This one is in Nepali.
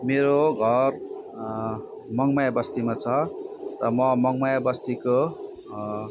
मेरो घर मङमाया बस्तीमा छ म मङमाया बस्तीको